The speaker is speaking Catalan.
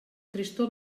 tristor